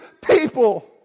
people